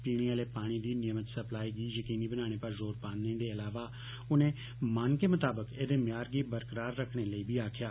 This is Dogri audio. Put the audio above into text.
पीने आह्ले पानी दी नियमित सप्लाई गी यकीनी बनाने पर जोर पाने दे अलावा उनें मानके मताबक एह्दे मय्यार गी बरकार रक्खने लेई बी आक्खेआ